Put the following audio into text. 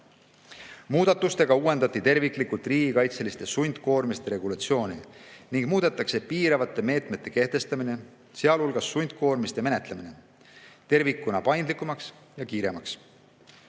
Muudatustega uuendatakse terviklikult riigikaitseliste sundkoormiste regulatsiooni ning muudetakse piiravate meetmete kehtestamine, sealhulgas sundkoormiste menetlemine, tervikuna paindlikumaks ja kiiremaks.